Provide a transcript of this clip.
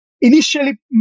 initially